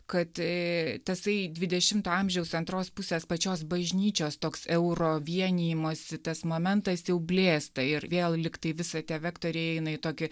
kad tasai dvidešimto amžiaus antros pusės pačios bažnyčios toks euro vienijimosi tas momentas jau blėsta ir vėl lygtai visa tie vektoriai eina į tokį